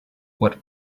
what